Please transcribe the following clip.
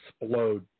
explode